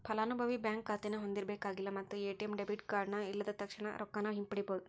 ಫಲಾನುಭವಿ ಬ್ಯಾಂಕ್ ಖಾತೆನ ಹೊಂದಿರಬೇಕಾಗಿಲ್ಲ ಮತ್ತ ಎ.ಟಿ.ಎಂ ಡೆಬಿಟ್ ಕಾರ್ಡ್ ಇಲ್ಲದ ತಕ್ಷಣಾ ರೊಕ್ಕಾನ ಹಿಂಪಡಿಬೋದ್